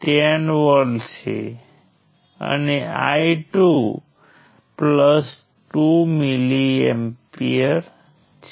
તેથી અગાઉ આપણે કહ્યું હતું કે આપણે 2 B વેરીએબલ માટે ઉકેલ લાવવાનો છે